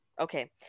Okay